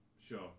sure